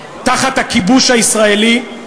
תחת הכיבוש הישראלי,